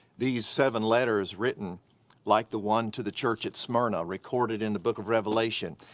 these seven letters, written like the one to the church at smyrna recorded in the book of revelation,